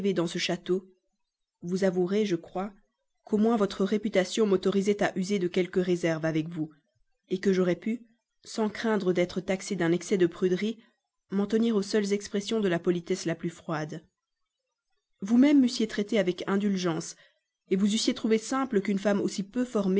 dans ce château vous avouerez je crois qu'au moins votre réputation m'autorisait à user de quelque réserve avec vous que j'aurais pu sans craindre d'être taxée d'un excès de pruderie m'en tenir aux seules expressions de la politesse la plus froide vous-même m'eussiez traitée avec indulgence vous eussiez trouvé simple qu'une femme aussi peu